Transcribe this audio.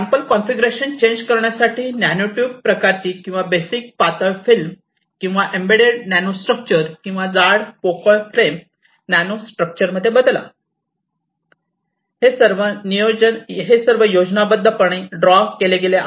sample configuration change करण्यासाठी nanotube प्रकारची किंवा बेसिक पातळ फिल्म किंवा एम्बेडेड नॅनो स्ट्रक्चर किंवा जाड पोकळ फ्रेम नॅनो स्ट्रक्चर मध्ये बदला हे सर्व योजनाबद्धपणे ड्रॉ केले गेले आहेत